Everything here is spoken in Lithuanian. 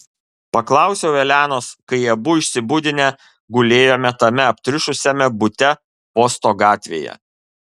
paklausiau elenos kai abu išsibudinę gulėjome tame aptriušusiame bute posto gatvėje